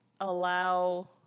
allow